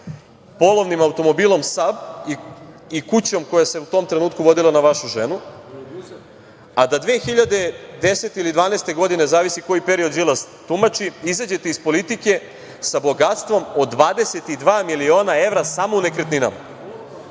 polovnim automobilom „SAB“ i kućom koja se u tom trenutku vodila na vašu ženu, a da 2010. ili 2012. godine, zavisi koji period Đilas tumači, izađete iz politike sa bogatstvom od 22 miliona evra samo u nekretninama?